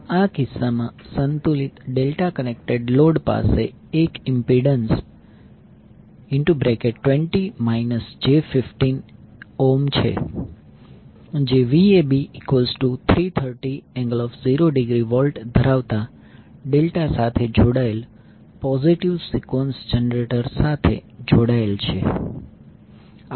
આ કિસ્સામાં સંતુલિત ડેલ્ટા કનેક્ટેડ લોડ પાસે એક ઇમ્પિડન્સ છે જે Vab330∠0°V ધરાવતા ડેલ્ટા સાથે જોડાયેલ પોઝિટિવ સિક્વન્સ જનરેટર સાથે જોડાયેલ છે